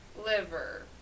liver